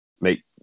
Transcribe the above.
make